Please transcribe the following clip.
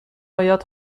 آید